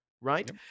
right